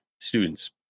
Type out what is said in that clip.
students